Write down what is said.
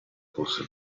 fosse